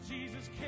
Jesus